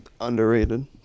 underrated